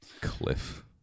Cliff